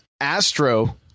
Astro